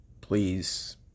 please